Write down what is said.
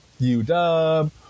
UW